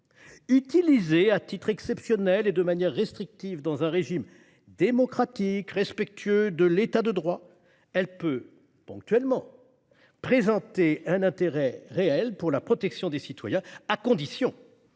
Utilisée à titre exceptionnel et de manière restrictive dans un régime démocratique respectueux de l'État de droit, elle peut ponctuellement présenter un intérêt réel pour la protection des citoyens, à condition